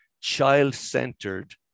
child-centered